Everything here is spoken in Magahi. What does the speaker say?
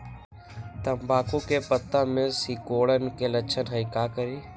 तम्बाकू के पत्ता में सिकुड़न के लक्षण हई का करी?